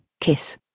kiss